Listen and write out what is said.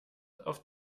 auf